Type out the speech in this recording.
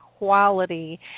quality